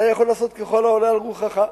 אתה יכול לעשות ככל העולה על רוחך.